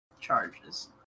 charges